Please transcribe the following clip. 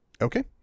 okay